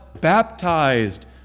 baptized